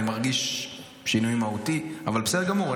אני מרגיש שינוי מהותי, אבל בסדר גמור.